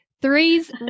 Threes